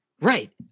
right